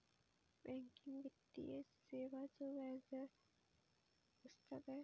Banking वित्तीय सेवाचो व्याजदर असता काय?